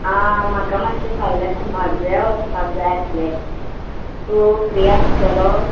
आं म्हाका मातशें फाल्यां कुमारजुव्यां वचपाक जाय आसलें तूं फ्री आसतलो